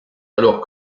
alors